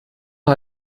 wir